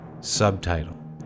subtitle